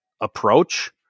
approach